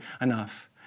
enough